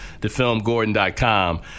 thefilmgordon.com